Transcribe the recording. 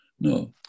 No